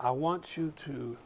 i want you to